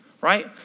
right